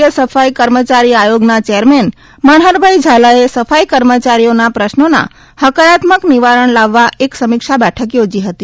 ્ય સફાઇ કર્મચારી આયોગના ચેરમેન મનહરભાઇ ઝાલાએ સફાઇ કર્મચારીઓના પ્રશ્નોના હકારાત્મક નિવારણ લાવવા એક સમિક્ષા બેઠક યોજી હતી